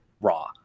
raw